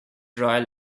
royal